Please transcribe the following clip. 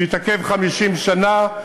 שהתעכב 50 שנה,